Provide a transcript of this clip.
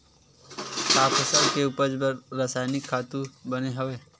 का फसल के उपज बर रासायनिक खातु बने हवय?